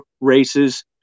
races